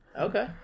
Okay